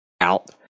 out